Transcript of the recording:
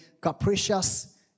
Capricious